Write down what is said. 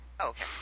Okay